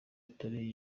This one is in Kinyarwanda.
atari